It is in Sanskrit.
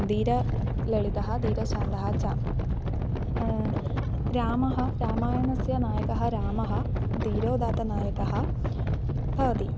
दीरललितः धीरशान्तः च रामः रामायणस्य नायकः रामः दीरोदात्तनायकः भवति